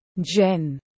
Jen